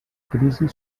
crisi